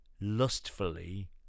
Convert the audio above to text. lustfully